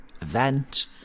event